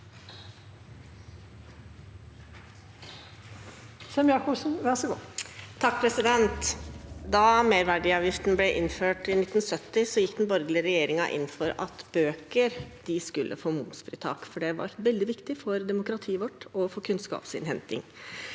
(Sp) Da merver- diavgiften ble innført i 1970, gikk den borgerlige regjeringen inn for at bøker skulle få momsfritak, for det var veldig viktig for demokratiet vårt og for kunnskapsinnhentingen.